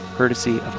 courtesy